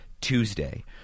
Tuesday